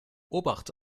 obacht